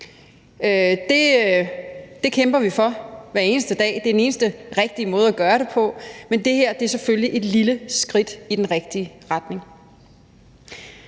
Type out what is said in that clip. Det kæmper vi for hver eneste dag. Det er den eneste rigtige måde at gøre det på, men det her er selvfølgelig et lille skridt i den rigtige retning.